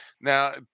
Now